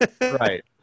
right